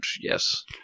yes